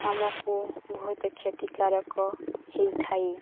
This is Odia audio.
ଆମକୁ ବହୁତ କ୍ଷତିକାରକ ହେଇଥାଏ